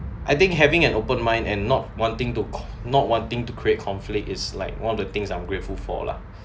I think having an open mind and not wanting to co~ not wanting to create conflict is like one of the things I'm grateful for lah